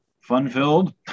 fun-filled